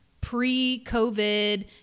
pre-COVID